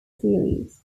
series